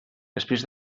després